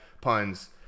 puns